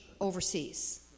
overseas